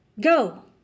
Go